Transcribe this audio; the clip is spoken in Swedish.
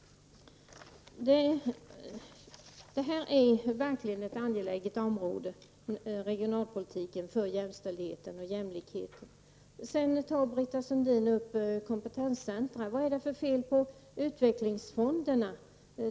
Regionalpolitiken är verkligen ett angeläget område för jämställdheten och jämlikheten. Kompetenscentra talade Britta Sundin om. Vad är det för fel på utvecklingsfonderna?